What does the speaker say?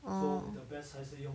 orh